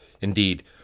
Indeed